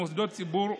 מוסדות ציבור,